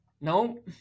No